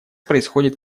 происходит